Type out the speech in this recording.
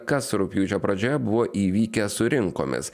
kas rugpjūčio pradžioje buvo įvykę su rinkomis